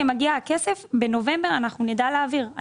בנובמבר נדע להעביר.